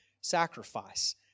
sacrifice